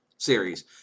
series